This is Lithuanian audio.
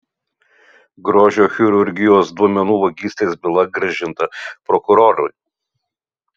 grožio chirurgijos duomenų vagystės byla grąžinta prokurorui